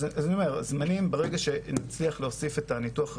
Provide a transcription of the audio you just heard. זמנים ברגע שנצליח להוסיף את הניתוח ---,